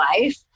life